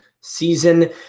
season